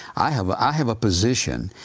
i have i have a position,